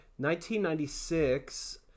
1996